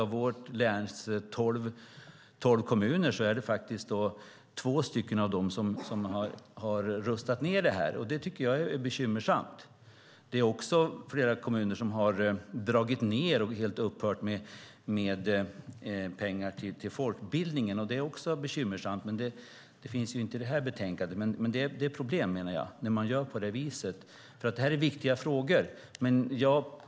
Av mitt läns tolv kommuner är det faktiskt två som har gjort det. Det tycker jag är bekymmersamt. Det är också flera kommuner som har dragit ned eller helt upphört med pengar till folkbildningen. Det är också bekymmersamt, men det finns inte med i det här betänkandet. Jag menar ändå att det är ett problem när man gör på det viset, för det här är viktiga frågor.